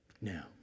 Now